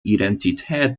identität